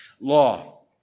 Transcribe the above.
law